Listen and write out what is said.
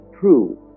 true